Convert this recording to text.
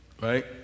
Right